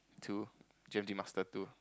two G_M_T master two